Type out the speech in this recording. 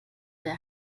der